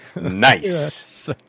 Nice